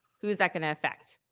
who's that gonna affect?